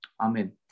Amen